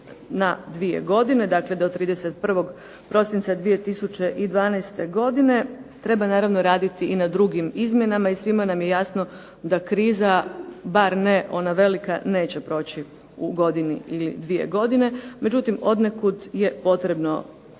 na 2 godine, dakle do 31. prosinca 2012. godine, treba naravno raditi i na drugim izmjenama i svima nam je jasno da kriza, bar ona velika neće proći u godini ili dvije godine, međutim, odnekud je potrebno